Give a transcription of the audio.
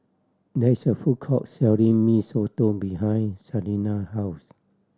there is a food court selling Mee Soto behind Shaina house